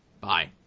Bye